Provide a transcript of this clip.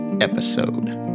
episode